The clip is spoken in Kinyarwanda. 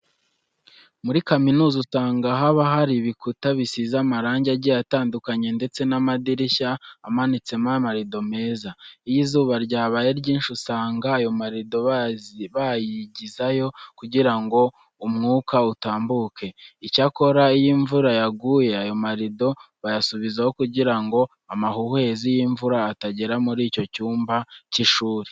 Muri kaminuza usanga haba hari ibikuta bisize amarangi agiye atandukanye ndetse n'amadirishya amanitseho amarido meza. Iyo izuba ryabaye ryinshi usanga ayo marido bayigizayo kugira ngo umwuka utambuke, icyakora iyo imvura yaguye ayo marido bayasubizaho kugira ngo amahuhwezi y'imvura atagera muri icyo cyumba cy'ishuri.